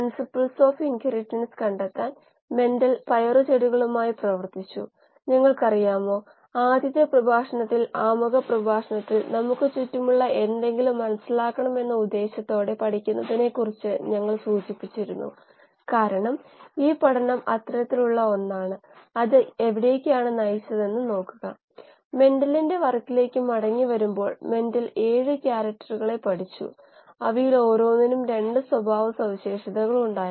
ചപ്പാത്തി കുഴച്ചെടുത്തതിന്റെ ഉപരിതലത്തിൽ പ്രവർത്തിക്കുന്ന ശക്തിയാണ് അത് പരത്തുന്നത് അത്തരം ശക്തികളെ ഷിയർ ശക്തികൾ എന്ന് വിളിക്കുന്നു അവ ഉപരിതല ശക്തികളാണ്